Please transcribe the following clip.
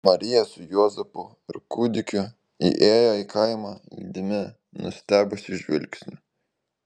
marija su juozapu ir kūdikiu įėjo į kaimą lydimi nustebusių žvilgsnių